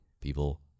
people